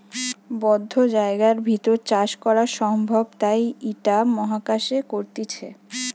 বদ্ধ জায়গার ভেতর চাষ করা সম্ভব তাই ইটা মহাকাশে করতিছে